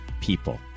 people